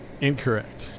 Incorrect